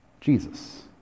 jesus